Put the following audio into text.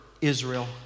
Israel